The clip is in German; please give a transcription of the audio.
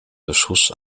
beschuss